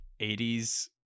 80s